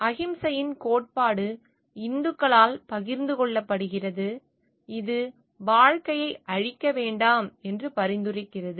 அஹிம்சையின் கோட்பாடு இந்துக்களால் பகிர்ந்து கொள்ளப்படுகிறது இது வாழ்க்கையை அழிக்க வேண்டாம் என்று பரிந்துரைக்கிறது